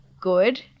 good